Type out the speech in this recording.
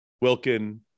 Wilkin